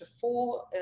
four